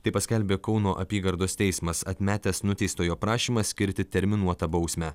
tai paskelbė kauno apygardos teismas atmetęs nuteistojo prašymą skirti terminuotą bausmę